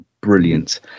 brilliant